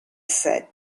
said